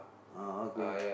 ah okay